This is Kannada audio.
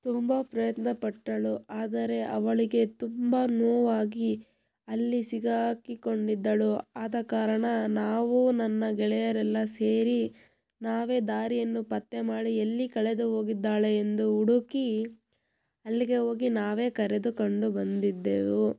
ತುಂಬ ಪ್ರಯತ್ನಪಟ್ಟಳು ಆದರೆ ಅವಳಿಗೆ ತುಂಬ ನೋವಾಗಿ ಅಲ್ಲಿ ಸಿಕ್ಕಾಕಿಕೊಂಡಿದ್ದಳು ಆದ ಕಾರಣ ನಾವು ನನ್ನ ಗೆಳೆಯರೆಲ್ಲ ಸೇರಿ ನಾವೇ ದಾರಿಯನ್ನು ಪತ್ತೆ ಮಾಡಿ ಎಲ್ಲಿ ಕಳೆದು ಹೋಗಿದ್ದಾಳೆ ಎಂದು ಹುಡುಕಿ ಅಲ್ಲಿಗೆ ಹೋಗಿ ನಾವೇ ಕರೆದುಕೊಂಡು ಬಂದಿದ್ದೆವು